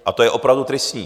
A to je opravdu tristní.